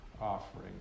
offering